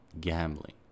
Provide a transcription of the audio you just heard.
gambling